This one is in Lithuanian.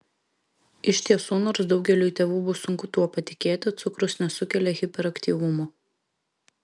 iš tiesų nors daugeliui tėvų bus sunku tuo patikėti cukrus nesukelia hiperaktyvumo